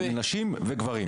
לנשים וגברים.